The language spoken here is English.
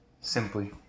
Simply